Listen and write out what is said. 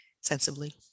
sensibly